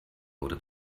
oder